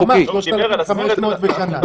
הוא אמר 3,500 בשנה.